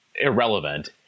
irrelevant